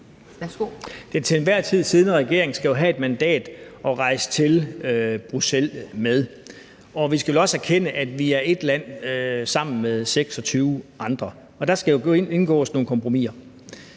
Den til enhver tid siddende regeringen skal jo have et mandat at rejse til Bruxelles med. Vi skal vel også erkende, at vi er et land blandt 26 andre lande. Der skal jo indgås nogle kompromiser.